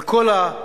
על כל העוסקים,